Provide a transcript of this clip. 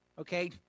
Okay